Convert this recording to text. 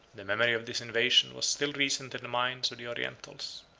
the memory of this invasion was still recent in the minds of the orientals.